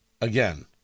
Again